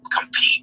compete